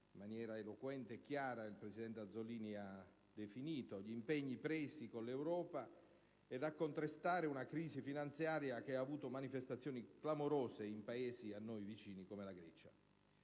chiara ed eloquente ha detto il presidente Azzollini - gli impegni presi con l'Europa e a contrastare una crisi finanziaria che ha avuto manifestazioni clamorose in Paesi a noi vicini come la Grecia.